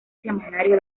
semanario